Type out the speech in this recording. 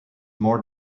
more